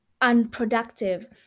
unproductive